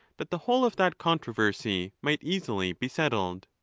that the whole of that controversy might easily be settled.